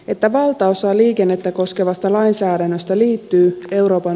että valtaosa liikennettä koskevasta lainsäädännöstä liittyy euroopan